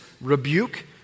rebuke